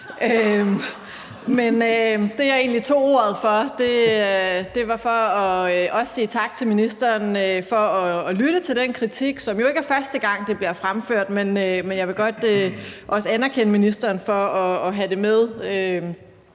egentlig tog ordet for, var også at sige tak til ministeren for at lytte til den kritik, som jo ikke bliver fremført for første gang, men jeg vil også godt anerkende ministeren for at have det med,